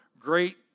great